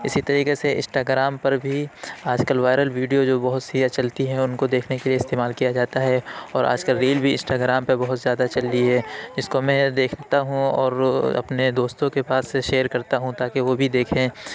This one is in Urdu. اسی طریقے سے انسٹا گرام پر بھی آج کل وائرل ویڈیو جو بہت سی چلتی ہیں ان کو دیکھنے کے لیے استعمال کیا جاتا ہے اور آج کل ریل بھی انسٹا گرام پہ بہت زیادہ چل رہی ہے اس کو میں یہ دیکھتا ہوں اور اپنے دوستوں کے پاس سے شیئر کرتا ہوں تاکہ وہ بھی دیکھیں